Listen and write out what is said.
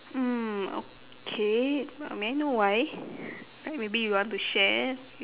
mm okay uh may I know why maybe you want to share